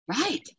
Right